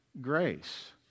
grace